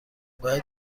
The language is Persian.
باید